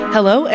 Hello